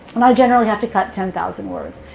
and i generally have to cut ten thousand words.